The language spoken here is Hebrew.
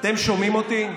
אתם שומעים אותי?